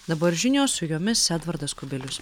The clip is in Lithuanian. dabar žinios su jomis edvardas kubilius